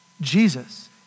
Jesus